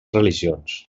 religions